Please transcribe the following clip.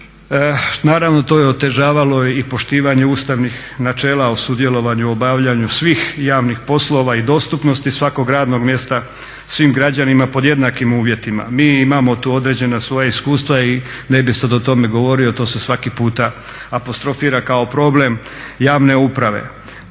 Naravno, to je otežavalo i poštivanje ustavnih načela o sudjelovanju u obavljanju svih javnih poslova i dostupnosti svakog radnog mjesta svim građanima pod jednakim uvjetima. Mi imamo tu određena svoja iskustva i ne bih sad o tome govorio, to se svaki puta apostrofira kao problem javne uprave.